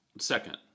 second